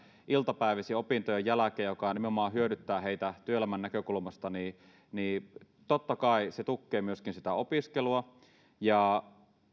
iltapäivisin opintojen jälkeen sellaista työtä joka nimenomaan hyödyttää heitä työelämän näkökulmasta se totta kai tukee myöskin sitä opiskelua ja